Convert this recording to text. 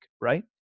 Right